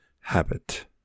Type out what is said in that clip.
habit